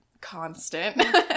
constant